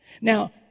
Now